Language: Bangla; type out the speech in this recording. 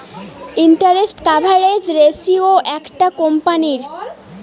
ইন্টারেস্ট কাভারেজ রেসিও একটা কোম্পানীর